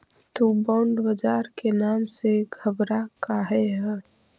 तु बॉन्ड बाजार के नाम से घबरा काहे ह?